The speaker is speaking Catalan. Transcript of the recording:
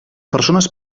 persones